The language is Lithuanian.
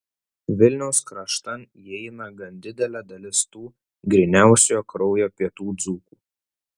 vilniaus kraštan įeina gan didelė dalis tų gryniausiojo kraujo pietų dzūkų